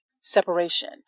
separation